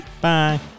Bye